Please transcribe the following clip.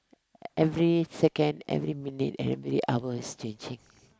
every second every minute every hour's changing